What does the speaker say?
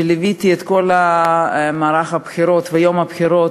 ליוויתי את מערך הבחירות ויום הבחירות,